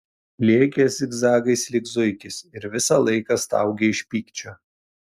lėkė zigzagais lyg zuikis ir visą laiką staugė iš pykčio